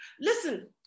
Listen